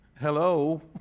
Hello